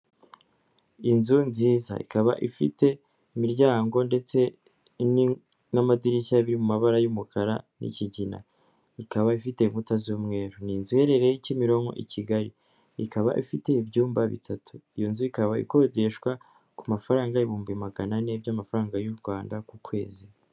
Inzu nziza ikaba ifite imiryango ndetse n'amadirishya biri mu mabara y'umukara n'ikigina, ikaba ifite inkuta z'umweru, ni inzu iherereye Kimironko i Kigali, ikaba ifite ibyumba bitatu, iyo nzu ikaba ikodeshwa ku mafaranga ibihumbi magana ane by'amafaranga y'u Rwanda ku kwezi.